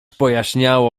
pojaśniało